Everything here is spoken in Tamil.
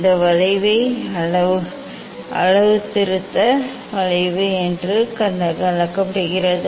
இந்த வளைவை அளவுத்திருத்த வளைவு என்று அழைக்கப்படுகிறது